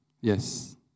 Yes